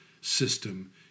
system